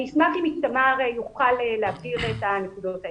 אני אשמח אם איתמר יוכל להבהיר את הנקודות האלה.